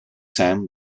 saint